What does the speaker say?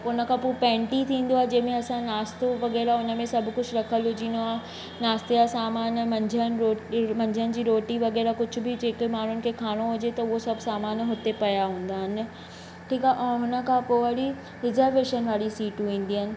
पोइ हुनखां पोइ पैंटी थींदो आहे जंहिंमें असांजो नास्तो वग़ैरह हुनमें सभु कुझु रखल हुजणो आहे नास्ते या सामान मंझदि रोटी मंझदि जी रोटी वग़ैरह कुझु बि जेके माण्हुनि खे खाइणो हुजे त हुओ सभु सामान हुते पिया हूंदा आहिनि ठीकु आहे ऐं हुनखां पोइ वरी रिज़रवेशन वारी सिटियूं ईंदियूं आहिनि